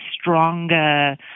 stronger